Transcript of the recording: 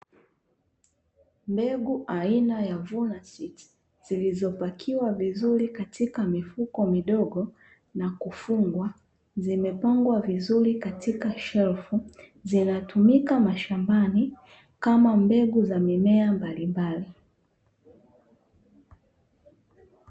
Mbegu aina ya (Vuna Seeds) zilizopakiwa vizuri katika mifuko midogo na kufungwa, zimepangwa vizuri katika shelfu; zinatumika mashambani kama mbegu za mimea mbalimbali.